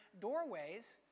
doorways